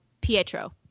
Pietro